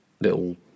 little